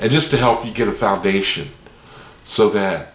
and just to help you get a foundation so that